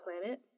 planet